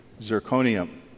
zirconium